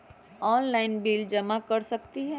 Online bill जमा कर सकती ह?